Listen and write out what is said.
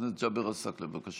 חבר הכנסת ג'אבר עסאקלה, בבקשה.